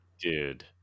Dude